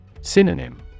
Synonym